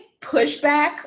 pushback